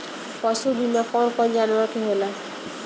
पशु बीमा कौन कौन जानवर के होला?